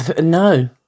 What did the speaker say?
no